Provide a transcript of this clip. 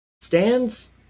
stands